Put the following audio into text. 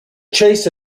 chase